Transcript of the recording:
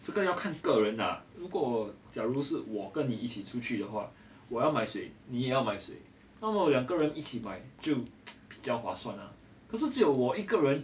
这个要看个人啊如果假如是我跟你一起出去的话我要买水你也要买水那么有两个人一起买就比较划算啦可是只有我一个人